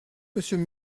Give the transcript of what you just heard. monsieur